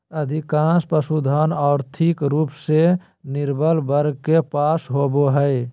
अधिकांश पशुधन, और्थिक रूप से निर्बल वर्ग के पास होबो हइ